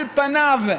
על פניו,